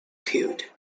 killed